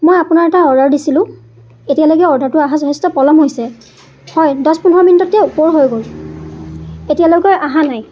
মই আপোনাৰ এটা অৰ্ডাৰ দিছিলোঁ এতিয়ালৈকে অৰ্ডাৰটো অহা যথেষ্ট পলম হৈছে হয় দছ পোন্ধৰ মিনিটততকৈ ওপৰ হৈ গ'ল এতিয়ালৈকে অহা নাই